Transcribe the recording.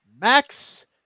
Max